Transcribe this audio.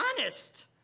honest